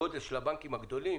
הגודל של הבנקים הגדולים